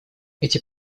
эти